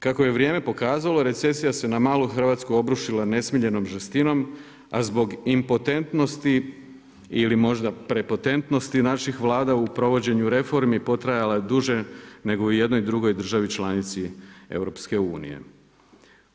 Kako je vrijeme pokazalo, recesija se na malu Hrvatsku obrušila nesmiljenom žestinom a zbog impotentnosti ili možda prepotentnosti naših Vlada u provođenju reformi, potrajala je duže nego i u jednoj državi članici EU-a.